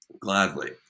gladly